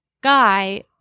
guy